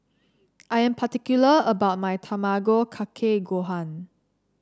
I'm particular about my Tamago Kake Gohan